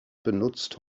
benutzt